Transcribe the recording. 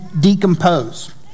decompose